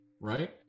Right